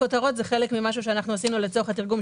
הכותרות הם חלק ממשהו שעשינו לצורך התרגום,